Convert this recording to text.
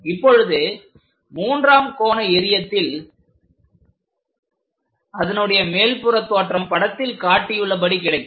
இப்பொழுது மூன்றாம் கோண எறியத்தில் அதனுடைய மேற்புறத் தோற்றம் படத்தில் காட்டியுள்ளபடி கிடைக்கும்